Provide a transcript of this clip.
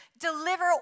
deliver